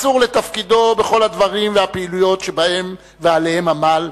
מסור לתפקידו בכל הדברים והפעולות שבהם ועליהם עמל,